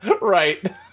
Right